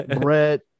brett